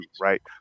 Right